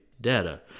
data